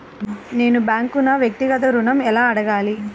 నేను బ్యాంక్ను వ్యక్తిగత ఋణం ఎలా అడగాలి?